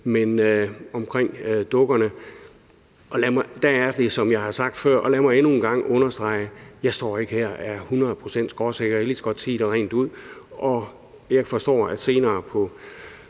men omkring dukkerne er det, som jeg har sagt før. Og lad mig endnu en gang understrege: Jeg står ikke her og er hundrede procent skråsikker, jeg kan lige så godt sige det rent ud. Jeg forstår, at senere på